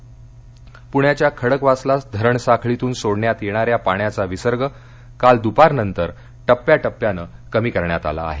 पाऊस आढावा पुण्याच्या खडकवासला धरणसाळखीतून सोडण्यात येणाऱ्या पाण्याचा विसर्ग काल दुपारनंतर प्रिया प्रियाने कमी करण्यात आला आहे